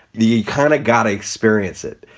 the kind of got to experience it.